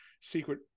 Secret